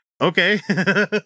okay